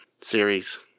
series